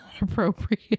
appropriate